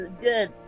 good